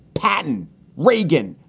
patton reagan,